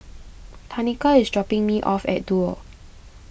Tanika is dropping me off at Duo